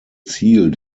ziel